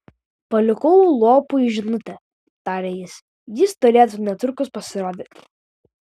palikau lopui žinutę tarė jis jis turėtų netrukus pasirodyti